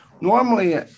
Normally